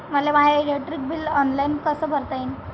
मले my electric bill online कस भरता येईन?